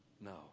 no